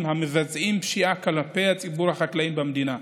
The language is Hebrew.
המבצעים פשיעה כלפי ציבור החקלאים במדינה.